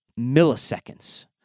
milliseconds